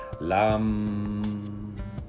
Lam